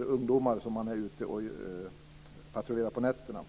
inte är ute på nätterna för att se efter ungdomar.